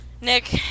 Nick